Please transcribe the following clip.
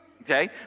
okay